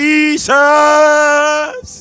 Jesus